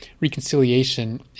reconciliation